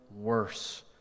worse